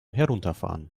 herunterfahren